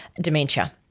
dementia